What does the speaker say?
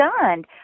stunned